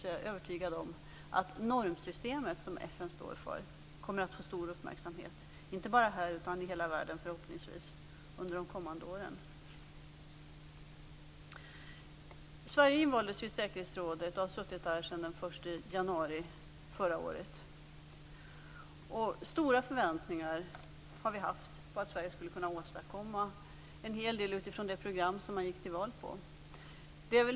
Jag är övertygad om att det normsystem som FN står för kommer att få stor uppmärksamhet, inte bara här utan förhoppningsvis i hela världen, under de kommande åren. Sverige invaldes ju i säkerhetsrådet och har suttit där sedan den 1 januari förra året. Vi har haft stora förväntningar på att Sverige skulle kunna åstadkomma en hel del utifrån det program som man gick till val på.